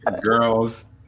Girls